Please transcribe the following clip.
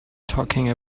talking